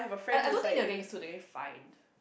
I I don't think they're getting sued they're getting fined